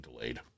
delayed